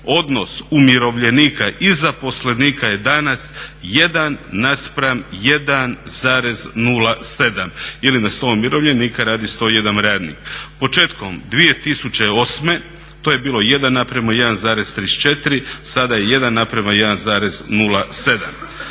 odnos umirovljenika i zaposlenika je danas 1 naspram 1,07 ili na 100 umirovljenika radi 101 radnik. Početkom 2008. to je bilo 1 naprema 1,34, sada je 1 naprema 1,07.